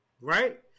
Right